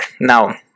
Now